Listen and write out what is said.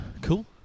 Cool